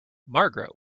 margaret